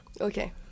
Okay